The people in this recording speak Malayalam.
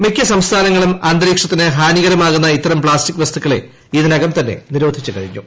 മിക്ക സംസ്ഥാനങ്ങളും അന്തരീക്ഷത്തിന് ഹാനികരമാകുന്ന ഇത്തരം പ്ലാസ്റ്റിക് വസ്തുക്കളെ ഇതിനകം തന്നെ നിരോധിച്ചു കഴിഞ്ഞു